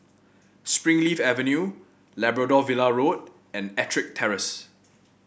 Springleaf Avenue Labrador Villa Road and EttricK Terrace